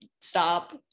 stop